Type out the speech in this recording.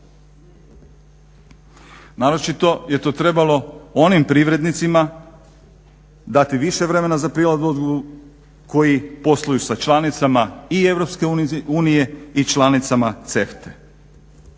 Naročito je to trebalo onim privrednicima dati više vremena za prilagodbu koji posluju sa članicama i EU i članicama CEFTA-e.